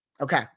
Okay